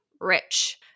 rich